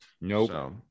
Nope